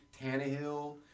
Tannehill